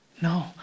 No